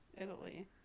Italy